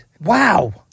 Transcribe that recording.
Wow